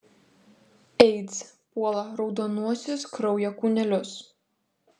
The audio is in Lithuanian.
aids puola raudonuosius kraujo kūnelius